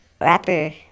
rapper